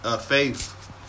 faith